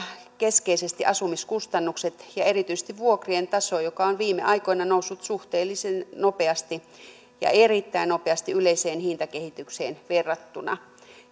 keskeisesti asumiskustannukset ja erityisesti vuokrien taso joka on viime aikoina noussut suhteellisen nopeasti ja erittäin nopeasti yleiseen hintakehitykseen verrattuna